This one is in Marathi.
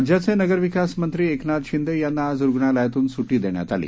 राज्याचेनगरविकासमंत्रीएकनाथशिंदेयांनाआजरुग्णालयातूनसुटीदेण्यातआली